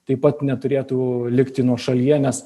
taip pat neturėtų likti nuošalyje nes